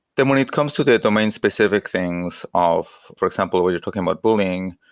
then when it comes to the domain-specific things of, for example, where you're talking about booming,